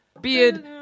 Beard